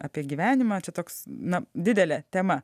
apie gyvenimą čia toks na didelė tema